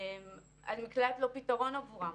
המקלט לא פתרון עבורם.